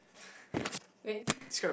wait